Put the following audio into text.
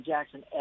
Jackson